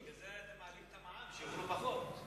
בגלל זה מעלים את המע"מ, שיאכלו פחות.